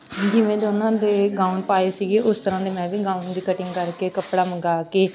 ਜਿਵੇਂ ਦੇ ਉਹਨਾਂ ਦੇ ਗਾਊਨ ਪਾਏ ਸੀਗੇ ਉਸ ਤਰ੍ਹਾਂ ਦੇ ਮੈਂ ਵੀ ਗਾਊਨ ਦੀ ਕਟਿੰਗ ਕਰਕੇ ਕੱਪੜਾ ਮੰਗਾ ਕੇ